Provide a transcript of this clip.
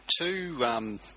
two